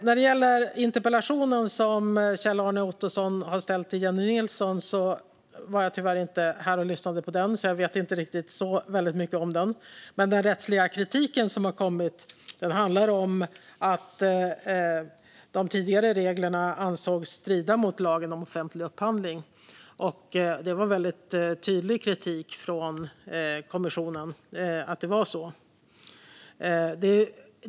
När det gäller interpellationen som Kjell-Arne Ottosson ställde till Jennie Nilsson var jag tyvärr inte här och lyssnade på den debatten, så jag vet inte så väldigt mycket om den. Men den rättsliga kritiken som har kommit handlar om att de tidigare reglerna ansågs strida mot lagen om offentlig upphandling. Det var väldigt tydligt i kritiken från kommissionen att det var så.